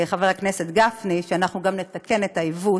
חבר הכנסת גפני, שאנחנו גם נתקן את העיוות,